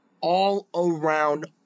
all-around